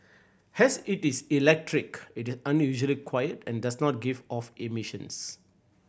as it is electric it is unusually quiet and does not give off emissions